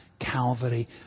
Calvary